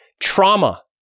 trauma